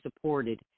supported